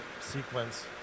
sequence